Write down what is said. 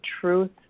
Truth